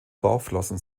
bauchflossen